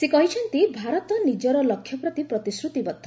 ସେ କହିଛନ୍ତି ଭାରତ ନିଜର ଲକ୍ଷ୍ୟ ପ୍ରତି ପ୍ରତିଶ୍ରତିବଦ୍ଧ